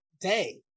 day